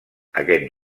aquest